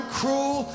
cruel